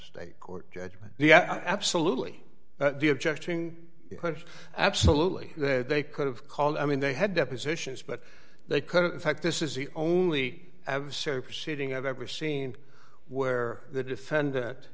state court judgement yeah absolutely the objecting push absolutely that they could have called i mean they had depositions but they couldn't in fact this is the only have so proceeding i've ever seen where the defendant